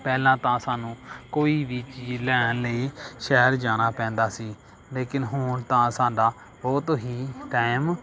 ਪਹਿਲਾਂ ਤਾਂ ਸਾਨੂੰ ਕੋਈ ਵੀ ਚੀਜ਼ ਲੈਣ ਲਈ ਸ਼ਹਿਰ ਜਾਣਾ ਪੈਂਦਾ ਸੀ ਲੇਕਿਨ ਹੁਣ ਤਾਂ ਸਾਡਾ ਬਹੁਤ ਹੀ ਟਾਈਮ